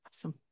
Awesome